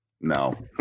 No